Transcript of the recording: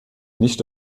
nicht